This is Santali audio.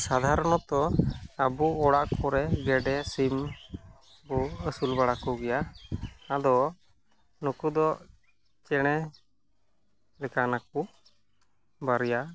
ᱥᱟᱫᱷᱟᱨᱚᱱᱚᱛᱚ ᱟᱵᱚ ᱚᱲᱟᱜ ᱠᱚᱨᱮ ᱜᱮᱰᱮ ᱥᱤᱢᱵᱚ ᱟᱹᱥᱩᱞᱵᱟᱲᱟ ᱠᱚ ᱜᱮᱭᱟ ᱟᱫᱚ ᱱᱩᱠᱩᱫᱚ ᱪᱮᱬᱮ ᱞᱮᱠᱟᱱᱟᱠᱚ ᱵᱟᱨᱭᱟ